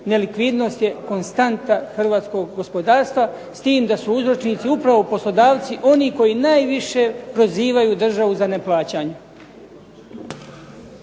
nelikvidnost je konstanta hrvatskog gospodarstva s time da su uzročnici upravo poslodavci oni koji najviše prozivaju državu za neplaćanje.